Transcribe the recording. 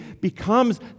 becomes